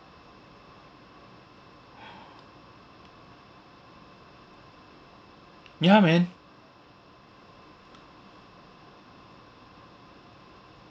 ya man